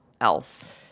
else